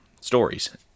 stories